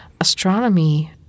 astronomy